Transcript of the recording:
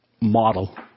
model